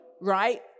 right